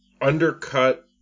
undercut